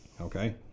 Okay